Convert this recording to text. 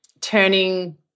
turning